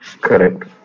Correct